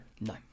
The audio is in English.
No